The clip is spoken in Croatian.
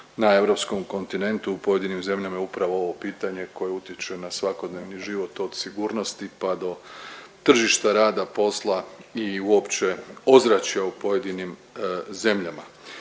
na europskom kontinentu u pojedinim zemljama je upravo ovo pitanje koje utječe na svakodnevni život, od sigurnosti, pa do tržišta rada, posla i uopće ozračja u pojedinim zemljama.